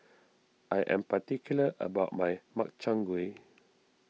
I am particular about my Makchang Gui